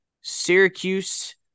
Syracuse